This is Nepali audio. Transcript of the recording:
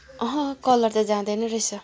कलर त जाँदैन रहेछ